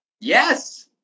Yes